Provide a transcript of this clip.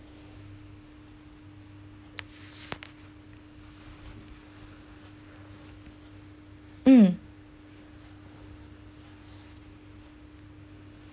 mm